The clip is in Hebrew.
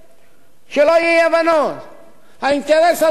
האינטרס הראשון הוא קודם כול להלבין את העבודה שלהם,